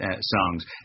songs